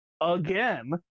again